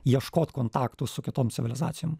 ieškot kontaktų su kitom civilizacijom